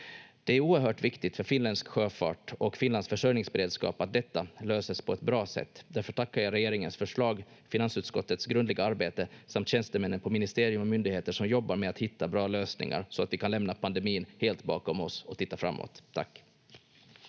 Det är oerhört viktigt för finländsk sjöfart och Finlands försörjningsberedskap att detta löses på ett bra sätt. Därför tackar jag regeringens förslag, finansutskottets grundliga arbete samt tjänstemännen på ministerium och myndigheter som jobbar med att hitta bra lösningar så att vi kan lämna pandemin helt bakom oss och titta framåt. — Tack.